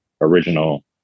original